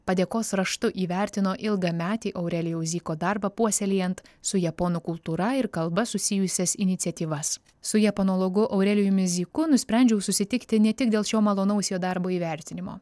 padėkos raštu įvertino ilgametį aurelijaus zyko darbą puoselėjant su japonų kultūra ir kalba susijusias iniciatyvas su japonologu aurelijumi zyku nusprendžiau susitikti ne tik dėl šio malonaus jo darbo įvertinimo